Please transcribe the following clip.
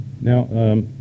Now